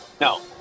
No